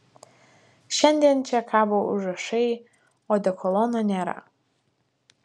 šiandien čia kabo užrašai odekolono nėra